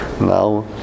Now